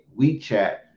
WeChat